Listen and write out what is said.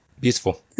beautiful